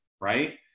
right